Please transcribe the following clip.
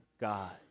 God